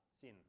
sin